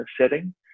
setting